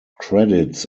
credits